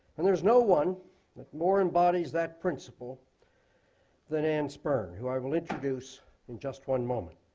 and there's no one that more embodies that principle than ann spirn, who i will introduce in just one moment.